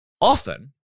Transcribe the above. often